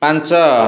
ପାଞ୍ଚ